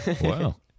Wow